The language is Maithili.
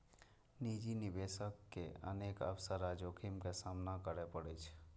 निजी निवेशक के अनेक अवसर आ जोखिम के सामना करय पड़ै छै